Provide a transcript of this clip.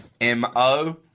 M-O